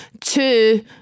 two